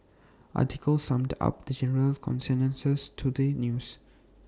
article summed up the general consensus to the news